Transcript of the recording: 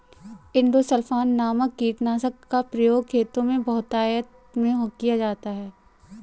endosulfan नामक कीटनाशक का प्रयोग खेतों में बहुतायत में किया जाता है